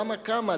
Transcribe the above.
למה כמה?